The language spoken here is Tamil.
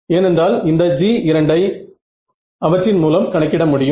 ஏனென்றால் இந்த G2 வை அவற்றின் மூலம் கணக்கிட முடியும்